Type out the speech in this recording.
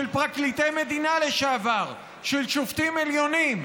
של פרקליטי מדינה לשעבר של שופטים עליונים,